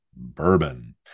bourbon